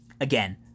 Again